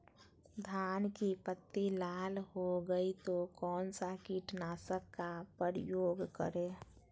धान की पत्ती लाल हो गए तो कौन सा कीटनाशक का प्रयोग करें?